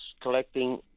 collecting